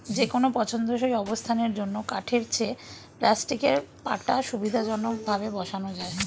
যেকোনো পছন্দসই অবস্থানের জন্য কাঠের চেয়ে প্লাস্টিকের পাটা সুবিধাজনকভাবে বসানো যায়